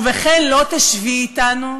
ובכן, לא תשבי אתנו?